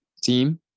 Team